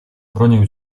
bronię